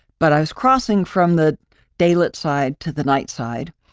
but i was crossing from the day-lit side to the night side,